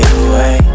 away